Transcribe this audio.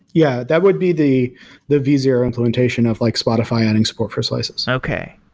yeah that would be the the visceral implementation of like spotify adding support for slices okay.